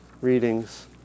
readings